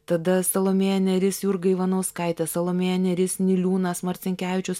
tada salomėja nėris jurga ivanauskaitė salomėja nėris niliūnas marcinkevičius